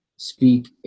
Speak